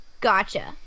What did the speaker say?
gotcha